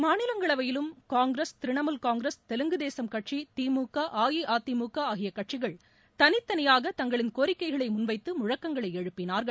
மாநிலங்களவையிலும் Congress Trinamool Congress Telugu Desam கட்சி திமுக அஇஅதிமுக ஆகிய கட்சிகள் தனித்தனியாக தங்களின் கோரிக்கைகளை முன்வைத்து முழக்கங்களை எழுப்பினார்கள்